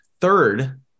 third